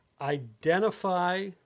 Identify